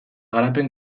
garapen